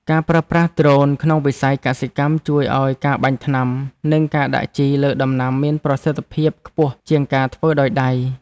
ការប្រើប្រាស់ដ្រូនក្នុងវិស័យកសិកម្មជួយឱ្យការបាញ់ថ្នាំ និងការដាក់ជីលើដំណាំមានប្រសិទ្ធភាពខ្ពស់ជាងការធ្វើដោយដៃ។